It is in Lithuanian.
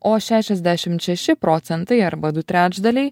o šešiasdešimt šeši procentai arba du trečdaliai